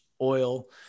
oil